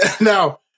now